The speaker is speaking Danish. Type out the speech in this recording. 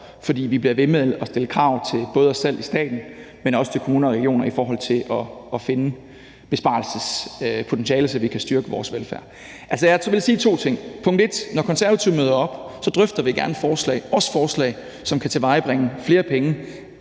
fordi vi bliver ved med at stille krav til både os selv i staten, men også til kommuner og regioner i forhold til at finde besparelsespotentialet, så vi kan styrke vores velfærd. Jeg vil sige to ting: Når Konservative møder op, drøfter vi gerne forslag, også forslag, som kan tilvejebringe flere penge